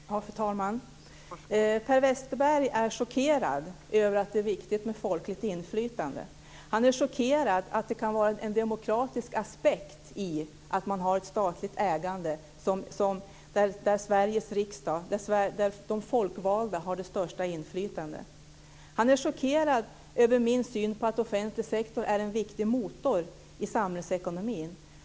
Fru talman! Per Westerberg är chockerad över att det är viktigt med folkligt inflytande. Han är chockerad över att det kan vara en demokratisk aspekt i att man har ett statligt ägande där Sveriges riksdag, de folkvalda, har det största inflytandet. Han är chockerad över min syn på att offentlig sektor är en viktig motor i samhällsekonomin.